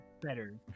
better